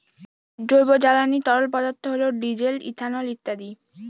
জৈব জ্বালানি তরল পদার্থ হল ডিজেল, ইথানল ইত্যাদি